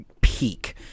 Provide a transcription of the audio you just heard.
peak